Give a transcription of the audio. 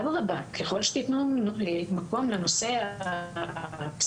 אדרבה, ככל שתתנו מקום לנושא הפסיכולוגי,